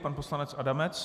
Pan poslanec Adamec.